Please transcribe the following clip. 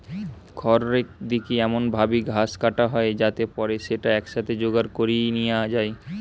খড়রেক দিকি এমন ভাবি ঘাস কাটা হয় যাতে পরে স্যাটা একসাথে জোগাড় করি নিয়া যায়